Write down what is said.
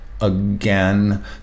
again